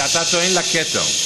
כי אתה טוען לכתר.